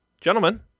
Gentlemen